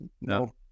No